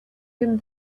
him